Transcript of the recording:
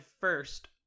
first